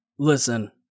Listen